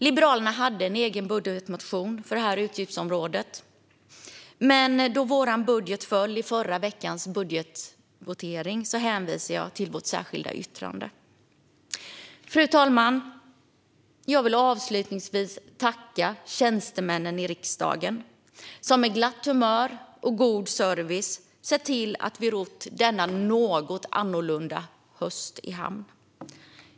Liberalerna hade en egen budgetmotion för detta utgiftsområde. Då vår budget föll i förra veckans budgetvotering hänvisar jag till vårt särskilda yttrande. Fru talman! Jag vill avslutningsvis tacka tjänstemännen i riksdagen, som med glatt humör och god service sett till att vi rott denna något annorlunda höst i hamn.